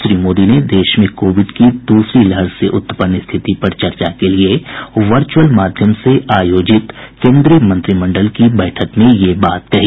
श्री मोदी ने देश में कोविड की दूसरी लहर से उत्पन्न स्थिति पर चर्चा के लिए वर्चुअल माध्यम से आयोजित केन्द्रीय मंत्रिमंडल की बैठक में यह बात कही